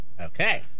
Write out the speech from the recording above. Okay